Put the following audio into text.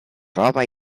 roba